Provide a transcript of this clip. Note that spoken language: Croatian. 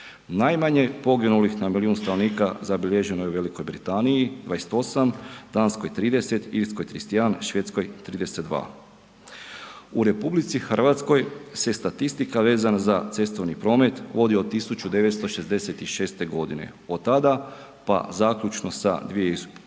Najmanje poginulih na milijun stanovnika zabilježeno je u Velikoj Britaniji 28, Danskoj 30, Irskoj 31, Švedskoj 32. U RH se statistika vezana za cestovni promet vodi od 1966. g., od tada pa zaključno sa 2018.,